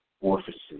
orifices